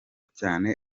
cyane